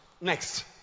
Next